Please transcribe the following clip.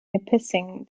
nipissing